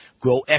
Grow